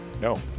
No